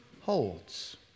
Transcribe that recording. holds